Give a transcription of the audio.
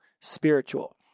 spiritual